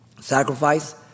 sacrifice